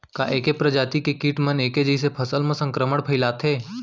का ऐके प्रजाति के किट मन ऐके जइसे फसल म संक्रमण फइलाथें?